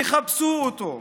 תחפשו אותו,